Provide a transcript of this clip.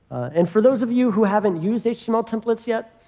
and for those of you who haven't used html templates yet,